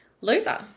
loser